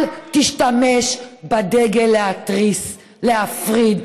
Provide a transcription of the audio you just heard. אל תשתמש בדגל להתריס, להפריד.